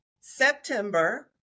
september